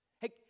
Hey